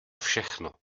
všechno